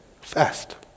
Fast